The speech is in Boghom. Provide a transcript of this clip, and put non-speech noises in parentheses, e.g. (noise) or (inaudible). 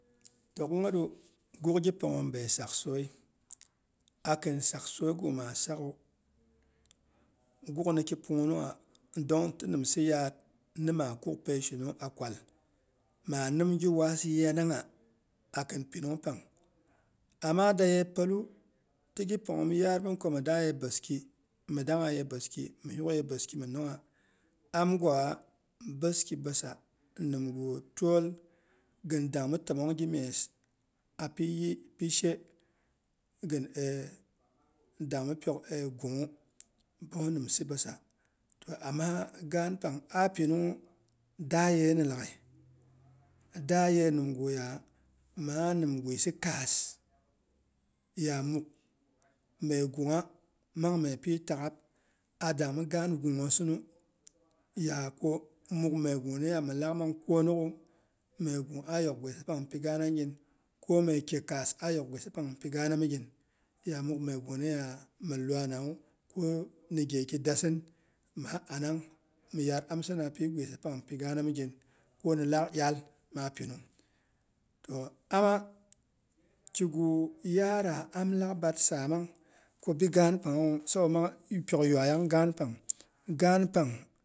Tok'gheru, guk gi panghom be sak soi, akin sak soigu maa sakgu, guk niki pungnungha. Dong ti nimsa yaadni maa kuk peishinung a kwal, man nimgi waas yanangha akin pinung pang ama daye pətu, tigi panghom yaarmin komi daaye boski, mi dang ha ye boski mi yok'gha ye boski mi nongha am gwa boski bossa nimgu twol nim dangmi təmong gimge api pishe gin (hesitation) dangmi pyok (hesitation) gung'wu boh nimsa bossa. Toh ama gaan pang ah pinunghu, daa yena laghai. Daa ye nimguya maa nim gwisi kaas ya muk megungha mang myepi tak'gab a dangmi gaan gunghosinu, yako muk megunaya milak mang kwonok gu, mye gung ah yok gwisipang mi pi gaana nyin ko mye ke kassa a yok gwisi pang mipi gaana migin ya muk myegunarya min lwananu ko ni gheki dassin maa anang mi yaad amsi na pi gwisi pang mipi gaana mi gin. Koni laak iyal maa pinung, toh am kigu yaara am lak bar samang kobi gaan panghawu sabo mang pyok yuaiyang gaan pang, gaan pang.